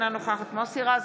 אינה נוכחת מוסי רז,